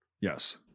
Yes